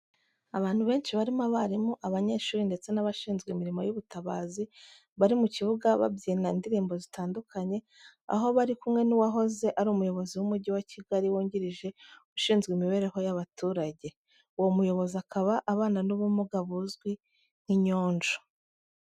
Abantu benshi barimo abarimu, abanyeshuri ndetse n'abashinzwe imirimo y'ubutabazi bari mu kibuga, babyina indirimbo zitandukanye aho bari kumwe n'uwahoze ari umuyobozi w'Umujyi wa Kigali wungirije ushinzwe imibereho y'abaturage. Uwo muyobozi akaba abana n'ubumuga buzwi nk'inyonjo.